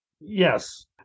Yes